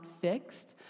fixed